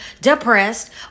depressed